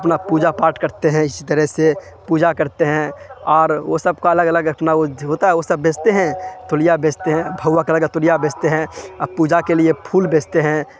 اپنا پوجا پاٹھ کرتے ہیں اسی طرح سے پوجا کرتے ہیں اور وہ سب کا الگ الگ اپنا وہ ہوتا ہے وہ سب بیچتے ہیں تولیہ بیچتے ہیں بھگوا کلر کا تولیہ بیچتے ہیں اور پوجا کے لیے پھول بیچتے ہیں